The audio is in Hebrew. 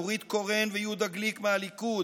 נורית קורן ויהודה גליק מהליכוד,